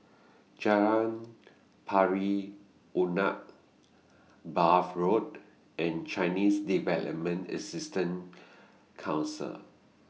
Jalan Pari Unak Bath Road and Chinese Development Assistance Council